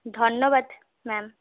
ধন্যবাদ ম্যাম